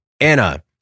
Anna